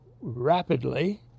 rapidly